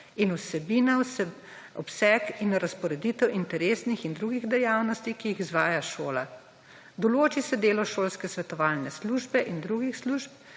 in vsebina, obseg in razporeditev interesnih in drugih dejavnosti, ki jih izvaja šola. Določi se delo šolske svetovalne službe in drugih služb,